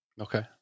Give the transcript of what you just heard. Okay